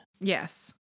Yes